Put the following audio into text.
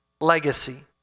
legacy